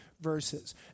verses